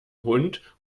hund